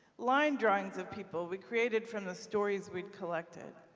line drawings of people we created from the stories we had collected.